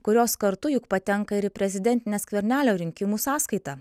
kurios kartu juk patenka ir į prezidentines skvernelio rinkimų sąskaitą